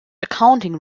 accounting